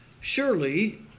Surely